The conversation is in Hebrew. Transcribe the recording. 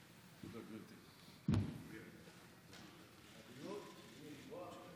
כנסת נכבדה, חבר הכנסת עמיר פרץ, ותיק חברי הכנסת,